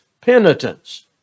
penitence